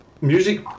Music